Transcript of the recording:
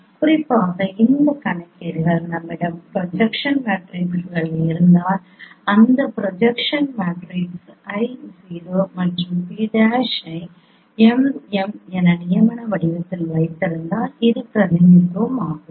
குறிப்பாக இந்த கணக்கீடுகள் நம்மிடம் ப்ரொஜெக்ஷன் மேட்ரிக்ஸ்கள் இருந்தால் அந்த ப்ரொஜெக்ஷன் மேட்ரிக்ஸ் I|0 மற்றும் P' ஐM|m என நியமன வடிவத்தில் வைத்திருந்தால் இது பிரதிநிதித்துவம் ஆகும்